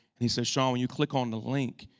he said, shaun, when you click on the link,